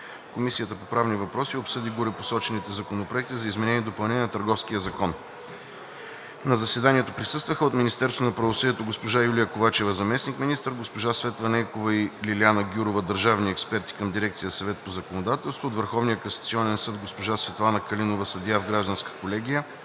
Комисията по правни въпроси обсъди горепосочените законопроекти за изменение и допълнение на Търговския закон. На заседанието присъстваха: от Министерството на правосъдието госпожа Юлия Ковачева – заместник-министър, госпожа Светла Стойкова и госпожа Лиляна Гюрова – държавни експерти към дирекция „Съвет по законодателство“; от Върховния касационен съд – госпожа Светлана Калинова – съдия в Гражданската колегия,